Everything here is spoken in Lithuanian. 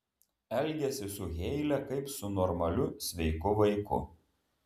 elgiasi su heile kaip su normaliu sveiku vaiku